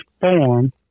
form